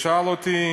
שאל אותי